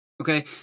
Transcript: okay